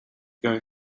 going